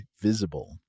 Visible